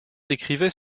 décrivait